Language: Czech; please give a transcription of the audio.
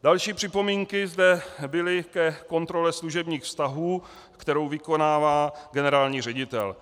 Další připomínky zde byly ke kontrole služebních vztahů, kterou vykonává generální ředitel.